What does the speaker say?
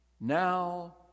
Now